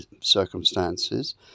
circumstances